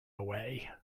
away